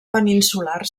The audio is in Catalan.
peninsular